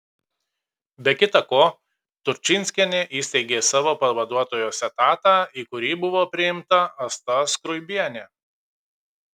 be kita ko turčinskienė įsteigė savo pavaduotojos etatą į kurį buvo priimta asta skruibienė